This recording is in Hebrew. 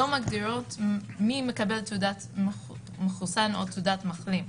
לא מגדירות מי מקבל תעודת מחוסן או תעודת מחלים.